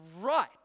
right